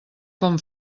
com